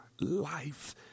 life